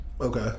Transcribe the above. Okay